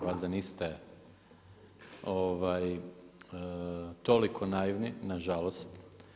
Valjda niste toliko naivni, nažalost.